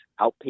outpatient